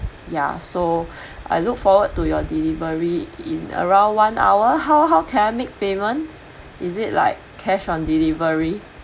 ya so I look forward to your delivery in around one hour how how can I make payment is it like cash on delivery